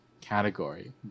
category